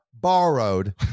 Borrowed